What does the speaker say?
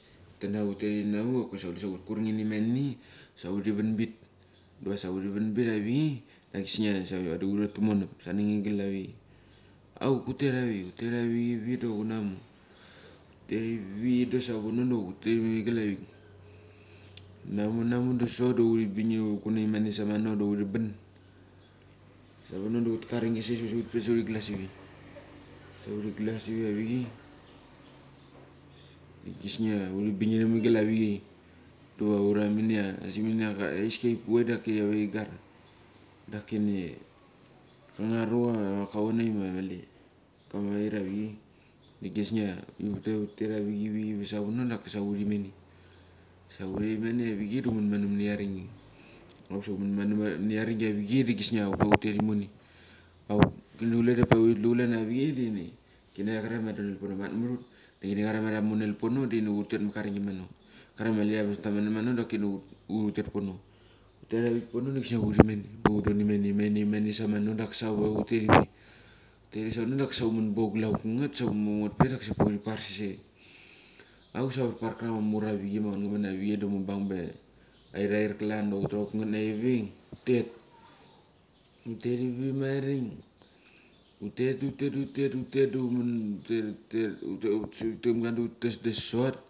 Hutek inavok okisa kule hurek kama kurangini mane sa huri vanbit. Diva sa huri vanbit avichei da kisnia sa vadi huret tumonep snengigel avichei. Auk hutek avik hutek avik ivi do hunamu, tiutetivi da savono da hu namu namu da sot huri bang hukuna lmene samano da huri ban samono da hutet karingisei sa pasa hut pe sa huri glas ivi. Sa huri glas ivi avicheei. Da kisnia huri bingirem igel avichei dura ura minia asik minia heiski eipuk daki kiave kigar. Dakini klan arucha kavanei ma mali kameir avichei dik kisnia hutet hutet ivik ivik savono da kasa hurimene. Sa huri mene avichei da humen mano aringi. Auk sa human mono mini zaringi avichei dikisnia hup hutet imone. Auk kini hupe huri tlu klan avichei, dini, kini krare ma donel pono, matmurut kini krare ma tamonel pono dini hutet maka aringi mano. Kramali ambas met imono daki hutpono. Hutet avik pono da kisnia huri mane hupe hudon imane, mane mane sa mano da kasa hupe hutet ivi. Hutet ivi savano dakisa huripar seschei. Auk sa krang ma mar avichei ma ngetngamen avichei da mubang pe air air klan dok hutra aukangati na ivik. Hutet ivimarik, hutet hutet Hutangam klan da hutes dasot.